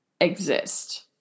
exist